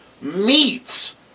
meats